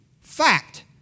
Fact